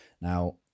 Now